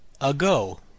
ago